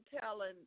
telling